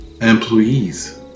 employees